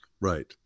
Right